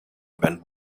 band